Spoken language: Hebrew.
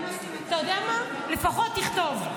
לפחות תכתוב,